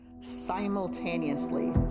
simultaneously